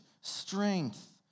strength